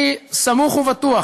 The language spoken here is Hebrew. אני סמוך ובטוח,